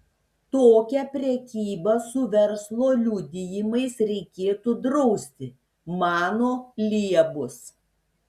tokią prekybą su verslo liudijimais reikėtų drausti mano liebus